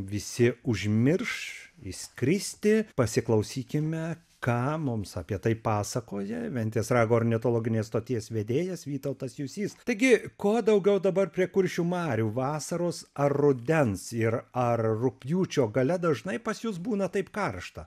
visi užmirš išskristi pasiklausykime ką mums apie tai pasakoja ventės rago ornitologinės stoties vedėjas vytautas jusys taigi ko daugiau dabar prie kuršių marių vasaros ar rudens ir ar rugpjūčio gale dažnai pas jus būna taip karšta